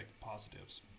positives